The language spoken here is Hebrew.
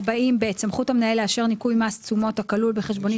סמכות המנהל לאשר ניכוי מס תשומות הכלות בחשבונית